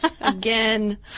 again